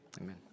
Amen